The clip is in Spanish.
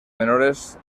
menores